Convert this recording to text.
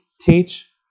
teach